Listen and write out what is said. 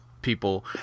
people